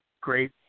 Great